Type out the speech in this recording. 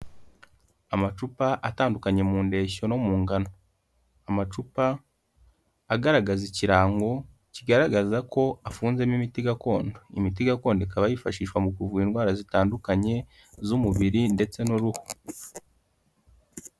Amacupa atandukanye mu ndeshyo no mu ngano, amacupa agaragaza ikirango, kigaragaza ko afunzemo imiti gakondo, imiti gakondo ikaba yifashishwa mu kuvura, indwara zitandukanye z'umubiri ndetse n'uruhu.